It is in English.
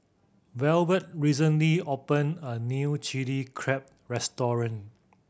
Velvet recently opened a new Chilli Crab restaurant